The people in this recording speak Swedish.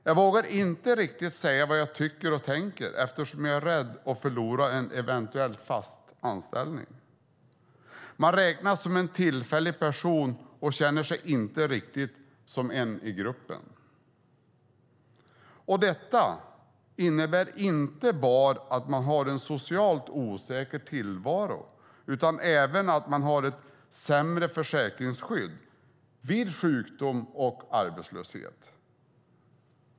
Jag vågar inte riktigt säga vad jag tycker och tänker eftersom jag är rädd för att förlora en eventuell fast anställning. Man räknas som en tillfällig person och känner sig inte riktigt som en i gruppen. Detta innebär inte bara att man har en socialt osäker tillvaro utan även att man har ett sämre försäkringsskydd vid sjukdom och arbetslöshet.